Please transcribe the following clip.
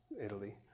italy